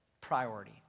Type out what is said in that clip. priority